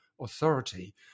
Authority